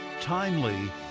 timely